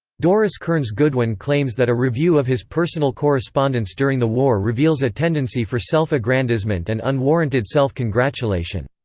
doris kearns goodwin claims that a review of his personal correspondence during the war reveals a tendency for self-aggrandizement and unwarranted self-congratulation.